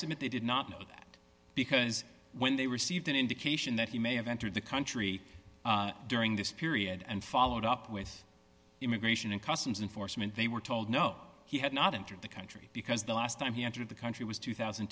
side but they did not know that because when they received an indication that he may have entered the country during this period and followed up with immigration and customs enforcement they were told no he had not entered the country because the last time he entered the country was two thousand